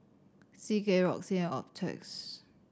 C K Roxy and Optrex